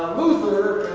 luther,